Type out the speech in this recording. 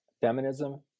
feminism